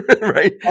right